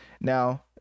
now